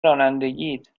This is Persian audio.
رانندگیت